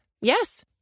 Yes